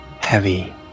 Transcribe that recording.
Heavy